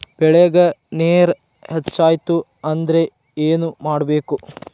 ಬೆಳೇಗ್ ನೇರ ಹೆಚ್ಚಾಯ್ತು ಅಂದ್ರೆ ಏನು ಮಾಡಬೇಕು?